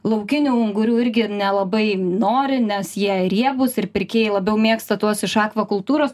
laukinių ungurių irgi nelabai nori nes jie riebūs ir pirkėjai labiau mėgsta tuos iš akvakultūros